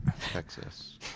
Texas